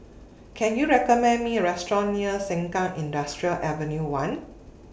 Can YOU recommend Me A Restaurant near Sengkang Industrial Avenue one